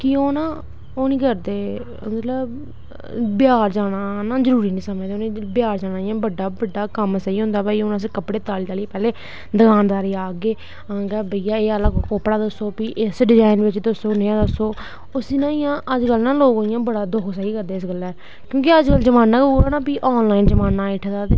कि ओह् ना ओह् नी करदे मतलब बजार जाना ना जरूरी नी समझदे उ'नेंगी बजार इ'यां बड्डा बड्डा कम्म स्हेई होंदा भाई हून असें कपड़े ताल्ली ताल्लियै पैहलें दकान दारा गी आखगे भैया एह् आह्ला कपड़ा दस्सो फ्ही इस डिजाइन बिच दस्सो नेहा दस्सो उसी ना अजकल ना लोग इ'यां बड़ा दुख स्हेई करदे इस गल्लै क्योंकि अज्ज कल्ल जमाना गै उऐ ना फ्ही ऑनलाइन जमाना आई ऐठे दा ते